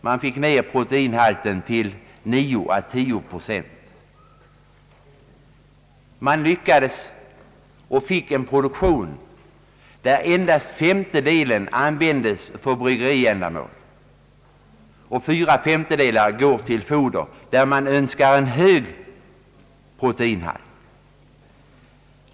Man fick ned proteinhalten till 9—10 procent. Man lyckades med detta i en produktion av vilken endast femtedelen används för bryggeriändamål medan fyra femtedelar går till foder, där man Önskar en hög proteinhalt.